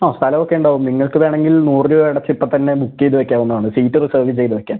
ആ സ്ഥലമൊക്കുണ്ടാവും നിങ്ങൾക്ക് വേണെങ്കിൽ നൂറ് രൂപ അടച്ച് ഇപ്പത്തന്നെ ബുക്ക് ചെയ്ത് വെക്കാവുന്നതാണ് സീറ്റ് റിസർവ് ചെയ്ത് വെക്കാം